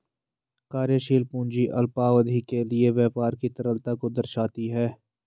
कार्यशील पूंजी अल्पावधि के लिए व्यापार की तरलता को दर्शाती है